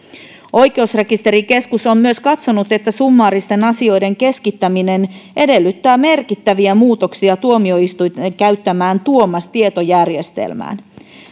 oikeusrekisterikeskus on myös katsonut että summaaristen asioiden keskittäminen edellyttää merkittäviä muutoksia tuomioistuinten käyttämään tuomas tietojärjestelmään